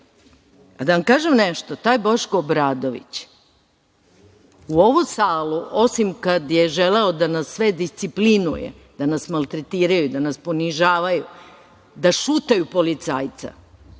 vas. Da vam kažem nešto, taj Boško Obradović u ovu salu, osim kada je želeo da nas sve disciplinuje, da nas maltretiraju, da nas ponižavaju, da šutaju policajca…